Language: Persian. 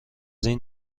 این